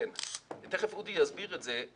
תכף אודי יסביר את זה.